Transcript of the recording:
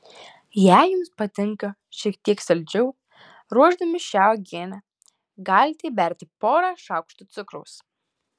jei jums patinka šiek tiek saldžiau ruošdami šią uogienę galite įberti porą šaukštų cukraus